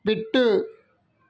விட்டு